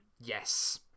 Yes